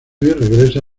regresa